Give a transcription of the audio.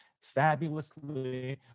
fabulously